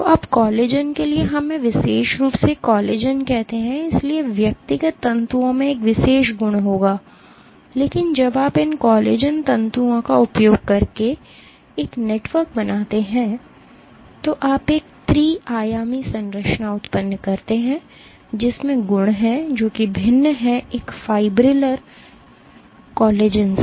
तो अब कोलेजन के लिए हमें विशेष रूप से कोलेजन कहते हैं इसलिए व्यक्तिगत तंतुओं में एक विशेष गुण होगा लेकिन जब आप इन कोलेजन तंतुओं का उपयोग करके एक नेटवर्क बनाते हैं तो आप एक त्रि आयामी संरचना उत्पन्न करेंगे जिसमें गुण हैं जो कि भिन्न हैं एक फाइब्रिल कोलेजन से